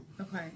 okay